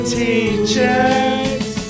teachers